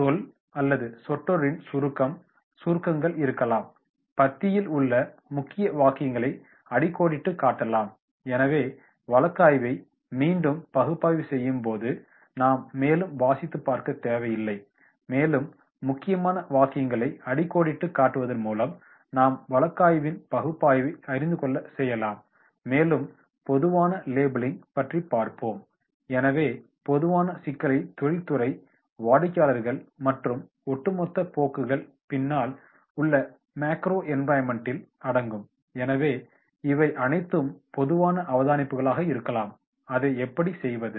சொல் அல்லது சொற்றொடரின் சுருக்கம் சுருக்கங்கள் இருக்கலாம் பத்தியில் உள்ள முக்கிய வாக்கியங்களை அடிக்கோடிட்டுக் காட்டலாம் எனவே வழக்காய்வை மீண்டும் பகுப்பாய்வு செய்யும் போது நாம் மேலும் வாசித்து பார்க்க தேவையில்லை மேலும் முக்கியமான வாக்கியங்களை அடிக்கோடிட்டுக் காட்டுவதன் மூலம் நாம் வழக்காய்வின் பகுப்பாய்வை அறிந்துகொள்ள செய்யலாம் மேலும் பொதுவான லேபிளிங் பற்றி பார்ப்போம் எனவே பொதுவான சிக்கல்கல் தொழில்துறை வாடிக்கையாளர்கள் மற்றும் ஒட்டுமொத்த போக்குகள் பின்னால் உள்ள மேக்ரோ என்விரோன்மெண்டில் அடங்கும் எனவே இவ்வைஅனைத்தும் பொதுவான அவதானிப்புகளாக இருக்கலாம் அதை எப்படி செய்வது